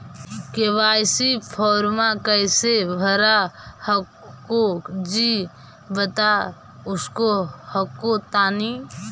KYC फॉर्मा कैसे भरा हको जी बता उसको हको तानी?